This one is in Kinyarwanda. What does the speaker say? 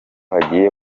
hagiye